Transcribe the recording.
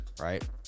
right